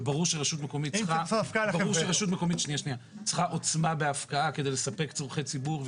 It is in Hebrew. וברור שרשות מקומית צריכה עוצמה בהפקעה כדי לספק צורכי ציבור.